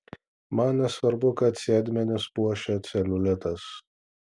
man nesvarbu kad sėdmenis puošia celiulitas